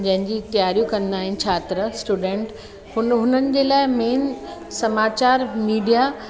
जंहिंजी तियारियूं कंदा आहिनि छात्र स्टूडंट हुनि हुननि जे लाइ मेन समाचार मीडिया